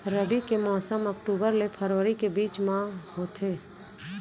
रबी के मौसम अक्टूबर ले फरवरी के बीच मा होथे